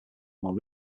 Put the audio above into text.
more